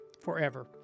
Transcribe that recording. forever